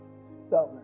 Stubborn